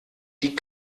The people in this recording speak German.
die